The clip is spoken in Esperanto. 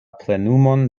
plenumon